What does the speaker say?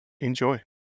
enjoy